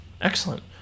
Excellent